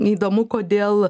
įdomu kodėl